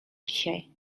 dzisiaj